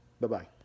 Bye-bye